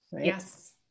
Yes